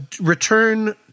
Return